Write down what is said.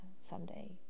someday